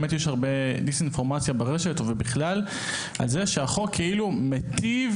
באמת יש הרבה דיס-אינפורמציה ברשת ובכלל על כך שהחוק כאילו מיטיב